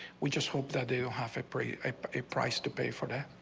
we just hope that do have to create a price to pay for that.